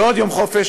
ועוד יום חופשה,